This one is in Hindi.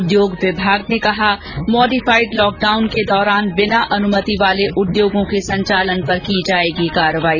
उद्योग विभाग ने कहा मॉडिफाइड लॉकडाउन के दौरान बिना अनुमति वाले उद्योगों के संचालन पर की जाएगी कार्रवाई